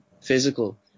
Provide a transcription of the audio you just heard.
physical